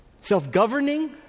self-governing